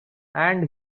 and